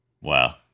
Wow